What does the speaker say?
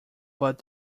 but